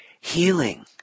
healing